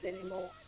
anymore